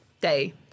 Day